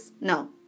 no